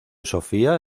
sofía